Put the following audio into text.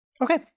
Okay